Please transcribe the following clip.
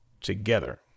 together